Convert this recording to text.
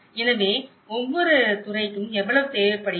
எனவே ஒவ்வொரு துறைக்கும் எவ்வளவு தேவைப்படுகிறது